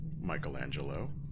Michelangelo